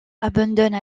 abandonne